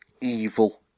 evil